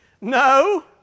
No